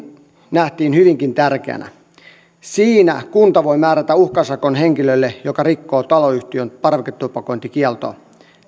nähtiin hyvinkin tärkeänä siinä kunta voi määrätä uhkasakon henkilölle joka rikkoo taloyhtiön parveketupakointikieltoa